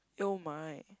oh my